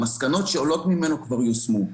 המסקנות שעולות ממנו כבר יושמו.